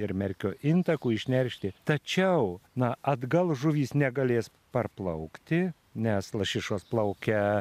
ir merkio intakų išneršti tačiau na atgal žuvys negalės parplaukti nes lašišos plaukia